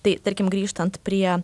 tai tarkim grįžtant prie